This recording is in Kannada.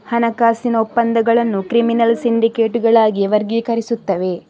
ಹಣಕಾಸಿನ ಒಪ್ಪಂದಗಳನ್ನು ಕ್ರಿಮಿನಲ್ ಸಿಂಡಿಕೇಟುಗಳಾಗಿ ವರ್ಗೀಕರಿಸುತ್ತವೆ